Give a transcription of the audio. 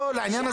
מה זה